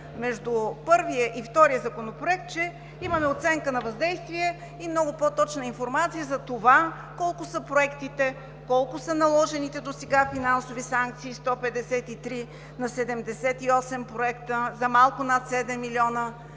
между първия и втория законопроект е, че имаме оценка на въздействие и много по-точна информация за това колко са проектите, колко са наложените досега финансови санкции – 153 на 78 проекта, за малко над 7 млн.